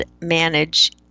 manage